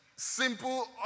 Simple